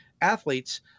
athletes